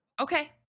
okay